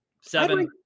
Seven